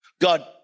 god